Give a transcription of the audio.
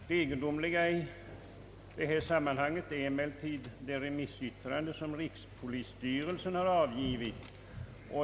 Det egendomliga i detta sammanhang är emellertid det remissyttrande som rikspolisstyrelsen avgivit.